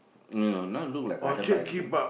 no no no not look like Gardens-by-the-Bay